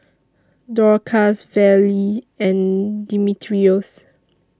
Dorcas Vallie and Dimitrios